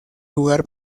lugar